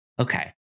Okay